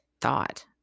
thought